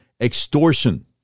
Extortion